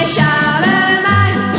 Charlemagne